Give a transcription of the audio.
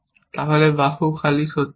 তাহলে বাহু খালি সত্য নয়